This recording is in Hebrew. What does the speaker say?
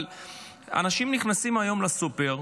אבל אנשים נכנסים היום לסופר,